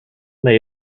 may